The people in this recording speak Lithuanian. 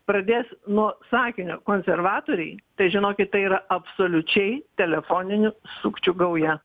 pradės nuo sakinio konservatoriai tai žinokit tai yra absoliučiai telefoninių sukčių gauja